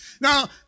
Now